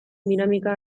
dinamika